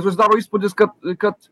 susidaro įspūdis kad kad